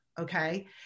okay